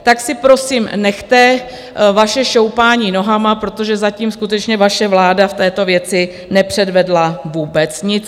Tak si prosím nechte vaše šoupání nohama, protože zatím skutečně vaše vláda v této věci nepředvedla vůbec nic.